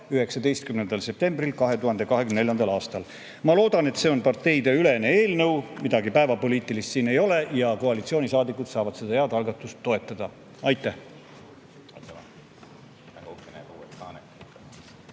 19. septembril 2024. aastal. Ma loodan, et see on parteideülene eelnõu – midagi päevapoliitilist siin ei ole – ja koalitsioonisaadikud saavad seda head algatust toetada. Aitäh!